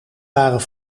waren